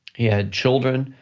he had children,